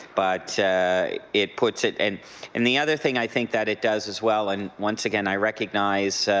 but it puts it and and the other thing i think that it does as well. and once again, i recognize,